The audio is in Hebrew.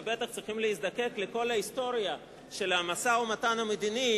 ובטח צריכים להיזקק לכל ההיסטוריה של המשא-ומתן המדיני